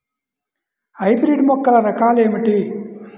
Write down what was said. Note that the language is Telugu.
హైబ్రిడ్ మొక్కల రకాలు ఏమిటీ?